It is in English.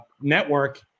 network